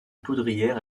poudrière